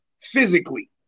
physically